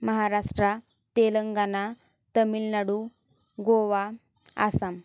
Maharashtra Telangana Tamil Nadu Goa Assam